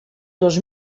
dos